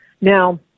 Now